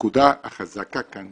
הנקודה החזקה כאן